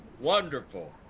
wonderful